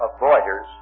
avoiders